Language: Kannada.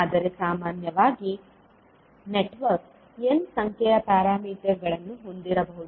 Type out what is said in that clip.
ಆದರೆ ಸಾಮಾನ್ಯವಾಗಿ ನೆಟ್ವರ್ಕ್ n ಸಂಖ್ಯೆಯ ಪೋರ್ಟ್ಗಳನ್ನು ಹೊಂದಿರಬಹುದು